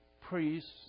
priests